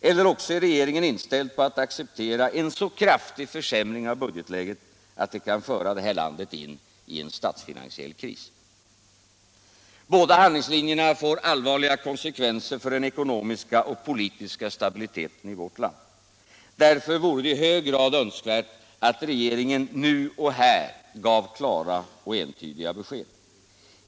Eller också är regeringen inställd på att acceptera en så kraftig försämring av budgetläget att det kan föra det här landet in i en statsfinansiell kris. Båda handlingslinjerna får allvarliga konsekvenser för den ekonomiska och politiska stabiliteten i vårt land. Därför är det i hög grad önskvärt att regeringen nu och här ger klara och entydiga besked.